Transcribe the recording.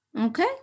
Okay